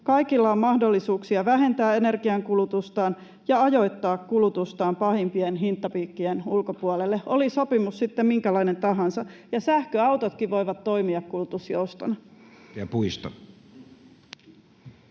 Kaikilla on mahdollisuuksia vähentää energiankulutustaan ja ajoittaa kulutustaan pahimpien hintapiikkien ulkopuolelle, oli sopimus sitten minkälainen tahansa, ja sähköautotkin voivat toimia kulutusjoustona.